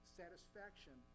satisfaction